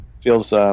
feels